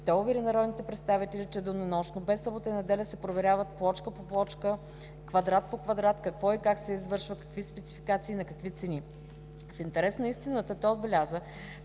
Той увери народните представители, че денонощно, без събота и неделя, се проверяват плочка по плочка, квадрат по квадрат, какво и как се извършва, какви спецификации, на какви цени. В интерес на истината той отбеляза,